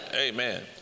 Amen